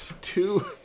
Two